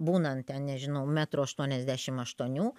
būnant ten nežinau metro aštuoniasdešimt aštuonių